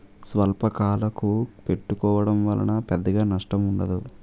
స్వల్పకాలకు పెట్టుకోవడం వలన పెద్దగా నష్టం ఉండదు